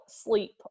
sleep